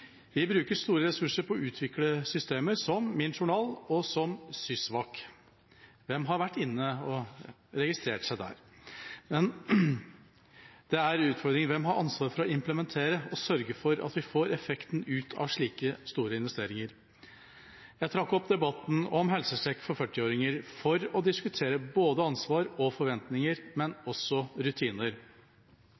Vi bruker store ressurser på å utvikle systemer som MinJournal og SYSVAK. Hvem har vært inne og registrert seg der? Det er utfordringer. Hvem har ansvaret for å implementere og sørge for at vi får effekt ut av slike store investeringer? Jeg trakk opp debatten om helsesjekk for 40-åringer for å diskutere både ansvar og forventninger, men også rutiner